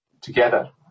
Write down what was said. together